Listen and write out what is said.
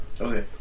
Okay